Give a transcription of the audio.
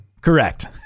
Correct